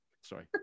Sorry